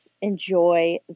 enjoy